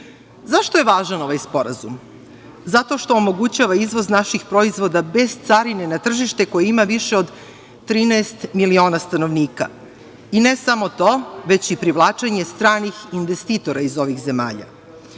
EFTA.Zašto je važan ovaj sporazum? Zato što omogućava izvoz naših proizvoda bez carine na tržište koje ima više od 13 miliona stanovnika, i ne samo to, već i privlačenje stranih investitora iz ovih zemalja.